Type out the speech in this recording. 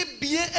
bien